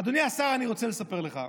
אדוני השר, אני רוצה לספר לך,